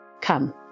Come